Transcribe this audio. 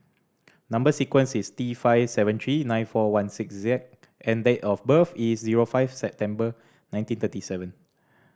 number sequence is T five seven three nine four one six Z and date of birth is zero five September nineteen thirty seven